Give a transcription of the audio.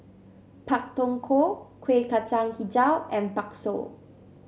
Pak Thong Ko Kueh Kacang hijau and bakso